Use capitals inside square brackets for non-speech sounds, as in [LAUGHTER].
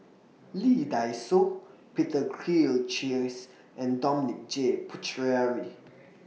Lee Dai Soh Peter [UNINTELLIGIBLE] and Dominic J Puthucheary